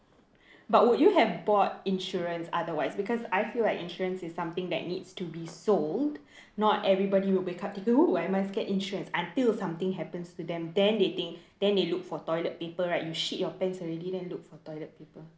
but would you have bought insurance otherwise because I feel like insurance is something that needs to be sold not everybody will be count thinking oh I must get insurance until something happens to them then they think then they look for toilet paper right you shit your pants already then look for toilet paper